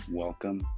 Welcome